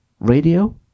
Radio